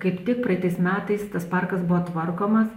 kaip tik praeitais metais tas parkas buvo tvarkomas